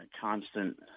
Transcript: constant